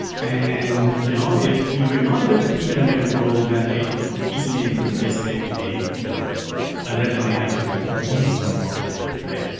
and you know if we're not able to keep it under control, then it could easily and quickly escalate to be you know a redline item against our profitability. like